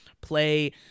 play